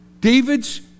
David's